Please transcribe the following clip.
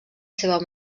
seva